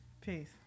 Peace